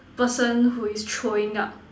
person who is throwing up